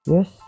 Yes